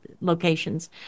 locations